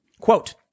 Quote